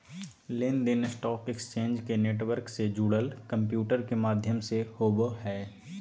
लेन देन stock exchange के network से जुड़ल कंम्प्यूटर के माध्यम से होबो हइ